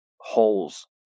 holes